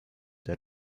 der